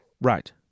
Right